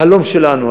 החלום שלנו,